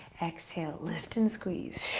exhale, lift and squeeze.